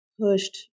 pushed